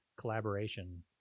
collaboration